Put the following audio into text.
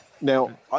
Now